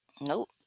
Nope